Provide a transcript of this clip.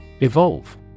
Evolve